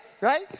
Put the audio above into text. Right